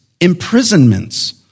imprisonments